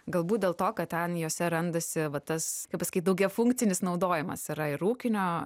galbūt dėl to kad ten jose randasi va tas kaip pasakyt daugiafunkcinis naudojimas yra ir ūkinio